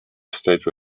state